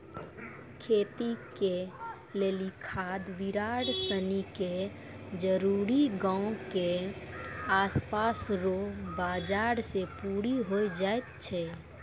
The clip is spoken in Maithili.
खेती के लेली खाद बिड़ार सनी के जरूरी गांव के आसपास रो बाजार से पूरी होइ जाय छै